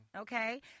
okay